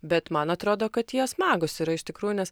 bet man atrodo kad jie smagūs yra iš tikrųjų nes